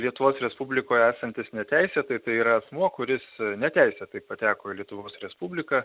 lietuvos respublikoje esantis neteisėtai tai yra asmuo kuris neteisėtai pateko į lietuvos respubliką